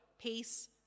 peace